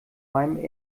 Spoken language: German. meinem